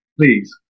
Please